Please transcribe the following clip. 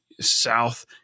south